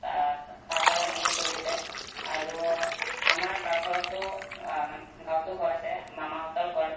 তাৰপৰা সেনেকৈ চলিছে আৰু আমাৰ গাঁৱৰ ঘৰটো মানে গাঁৱতো ঘৰ আছে মামাহঁতৰ ঘৰ